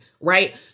right